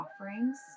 offerings